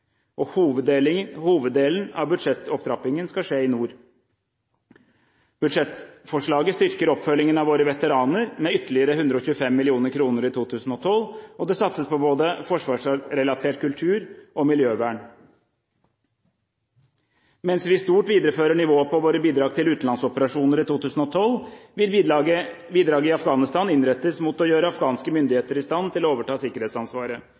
var poenget. Hoveddelen av budsjettopptrappingen skal skje i nord. Budsjettforslaget styrker oppfølgingen av våre veteraner med ytterligere 125 mill. kr i 2012, og det satses på både forsvarsrelatert kultur og miljøvern. Mens vi i stort viderefører nivået på våre bidrag til utenlandsoperasjoner i 2012, vil bidraget i Afghanistan innrettes mot å gjøre afghanske myndigheter i stand til å overta sikkerhetsansvaret.